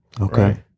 Okay